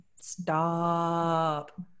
stop